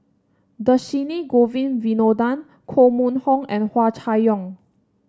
Dhershini Govin Winodan Koh Mun Hong and Hua Chai Yong